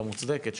מוצדקת,